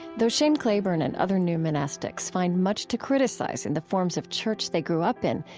though shane claiborne and other new monastics find much to criticize in the forms of church they grew up in,